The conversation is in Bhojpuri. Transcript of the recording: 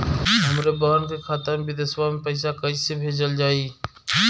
हमरे बहन के खाता मे विदेशवा मे पैसा कई से भेजल जाई?